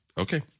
Okay